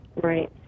Right